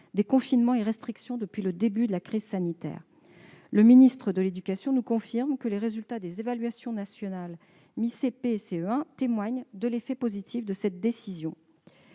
des confinements et restrictions depuis le début de la crise. Le ministre de l'éducation nationale nous confirme que les résultats des évaluations nationales mi-CP et CE1 témoignent de l'effet positif de cette décision.